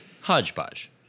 Hodgepodge